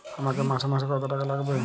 আমাকে মাসে মাসে কত টাকা লাগবে?